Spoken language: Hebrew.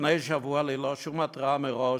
לפני שבוע, ללא שום התראה מראש,